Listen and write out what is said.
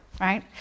right